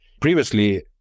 previously